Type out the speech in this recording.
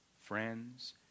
friends